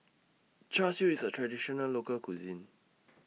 Char Siu IS A Traditional Local Cuisine